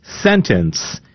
sentence